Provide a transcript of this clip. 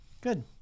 good